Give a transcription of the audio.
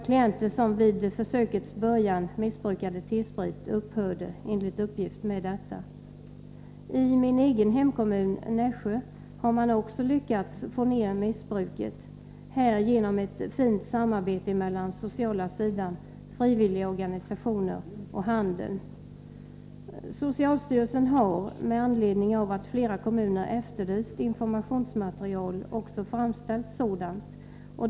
Klienter som vid försökets början missbrukade T-sprit upphörde enligt uppgift med detta. Också i min egen hemkommun Nässjö har man lyckats få ner missbruket, i detta fall genom ett fint samarbete mellan de sociala organen, frivilliga organisationer och handeln. Socialstyrelsen har med anledning av att flera kommuner efterlyst informationsmaterial framställt sådant.